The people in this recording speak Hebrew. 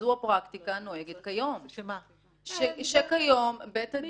כיום בית הדין,